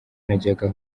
najyaga